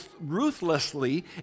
ruthlessly